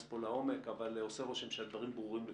פה לעומק עושה רושם שהדברים ברורים לכולם,